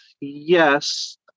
yes